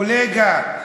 קולגה,